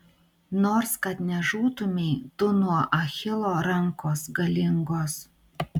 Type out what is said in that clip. nors kad nežūtumei tu nuo achilo rankos galingos